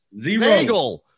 Zero